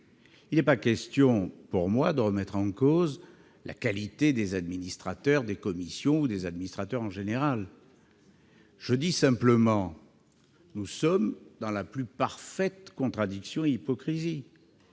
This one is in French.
Il n'est pas question pour moi de remettre en cause la qualité des administrateurs des commissions ou des administrateurs en général. Je dis simplement que nous nous trouvons dans la plus parfaite contradiction, dans